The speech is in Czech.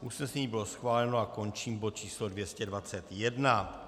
Usnesení bylo schváleno a končím bod číslo 221.